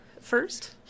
first